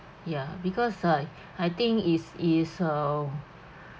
ya because I I think is is uh